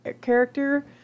character